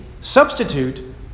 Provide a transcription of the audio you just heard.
substitute